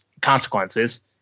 consequences